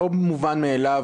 לא מובן מאליו,